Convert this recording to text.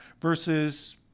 versus